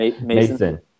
Mason